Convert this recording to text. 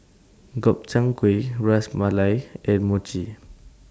Gobchang Gui Ras Malai and Mochi